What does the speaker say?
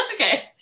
Okay